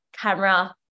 camera